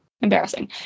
embarrassing